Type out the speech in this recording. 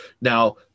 now